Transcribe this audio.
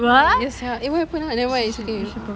eh ya sia eh what happen ah nevermind it's okay